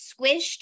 squished